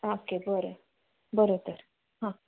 okay बरें बरें तर हा